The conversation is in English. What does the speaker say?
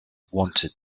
wanted